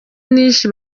nyinshi